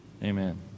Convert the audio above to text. Amen